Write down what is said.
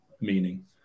meaning